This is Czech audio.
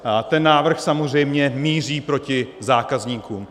A ten návrh samozřejmě míří proti zákazníkům.